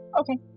Okay